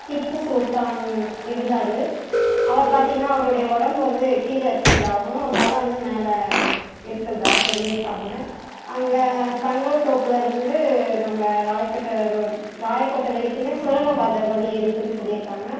திப்பு சுல்தான் இருந்தார் அவர் பார்த்திங்ன்னா அவருடைய உடம்பு வந்து கீழே இருக்கிறதாகுவும் தலை வந்து மேலே இருக்கிறதா சொல்லி இருக்காங்க அங்கே சங்கல் தோப்புலிருந்து நம்ம ராய்கோட்டை ரோ ராயக்கோட்டை வரைக்குமே சுரங்க பாதை வழி இருக்குதுன்னு சொல்லியிருக்காங்க